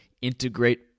integrate